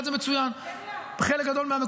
מאוד גדולה,